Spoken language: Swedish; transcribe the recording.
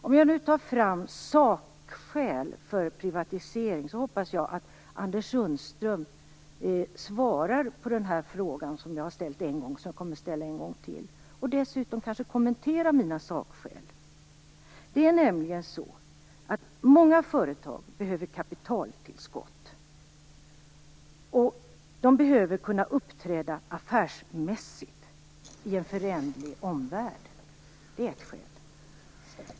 Om jag nu tar fram sakskäl för privatisering hoppas jag att Anders Sundström svarar på den fråga som jag har ställt en gång och kommer att ställa en gång till, och dessutom kanske kommenterar mina sakskäl. Många företag behöver kapitaltillskott. De behöver kunna uppträda affärsmässigt i en föränderlig omvärld.